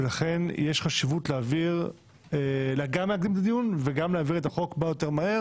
ולכן יש חשיבות גם להקדים את הדיון וגם להעביר את החוק כמה שיותר מהר